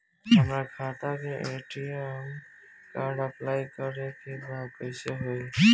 हमार खाता के ए.टी.एम कार्ड अप्लाई करे के बा कैसे होई?